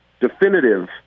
definitive